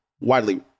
widely